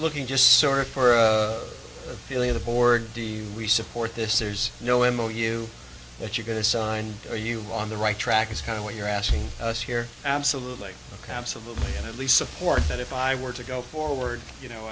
looking just sort of for the feeling of the board d v resupport this there's no image of you that you're going to sign are you on the right track is kind of what you're asking us here absolutely ok absolutely and at least support that if i were to go forward you know